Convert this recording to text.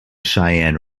cheyenne